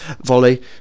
volley